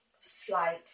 flight